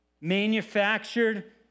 manufactured